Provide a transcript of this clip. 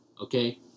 okay